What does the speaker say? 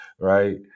right